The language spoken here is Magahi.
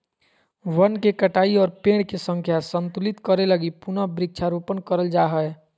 वन के कटाई और पेड़ के संख्या संतुलित करे लगी पुनः वृक्षारोपण करल जा हय